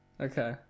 Okay